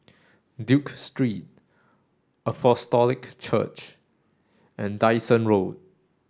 Duke Street Apostolic Church and Dyson Road